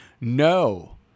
no